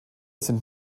sind